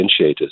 differentiators